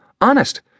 Honest